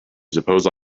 suppose